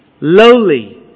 lowly